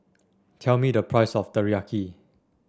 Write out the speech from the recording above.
tell me the price of Teriyaki